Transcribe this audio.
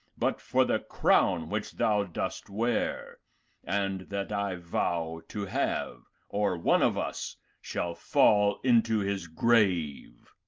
but for the crown which thou dost wear and that i vow to have, or one of us shall fall into his grave.